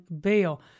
bail